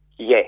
Yes